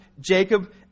Jacob